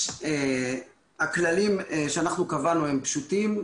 הכללים שאנחנו קבענו הם פשוטים.